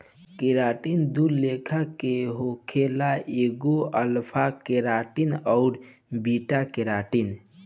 keratin दू लेखा के होखेला एगो अल्फ़ा केराटिन अउरी बीटा केराटिन